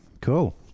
Cool